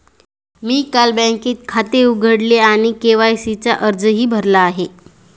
मी काल बँकेत ठेवी खाते उघडले आणि के.वाय.सी चा अर्जही भरला आहे